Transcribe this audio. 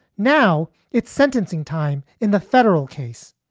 now it's sentencing time in the federal case,